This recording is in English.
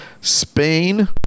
Spain